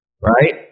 right